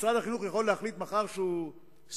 משרד החינוך יכול להחליט מחר שהוא שם